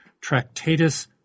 Tractatus